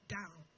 down